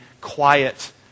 quiet